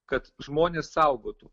kad žmonės saugotų